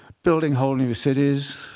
building whole new cities,